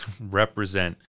represent